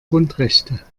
grundrechte